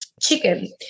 chicken